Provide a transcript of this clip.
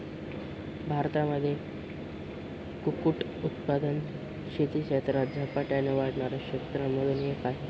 भारतामध्ये कुक्कुट उत्पादन शेती क्षेत्रात झपाट्याने वाढणाऱ्या क्षेत्रांमधून एक आहे